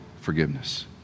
forgiveness